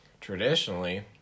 traditionally